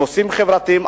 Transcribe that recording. נושאים חברתיים,